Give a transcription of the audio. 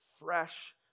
fresh